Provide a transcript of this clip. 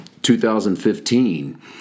2015